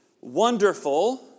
wonderful